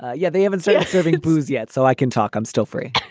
yeah, they haven't started serving booze yet. so i can talk. i'm still free